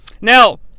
now